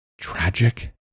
tragic